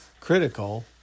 critical